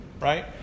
right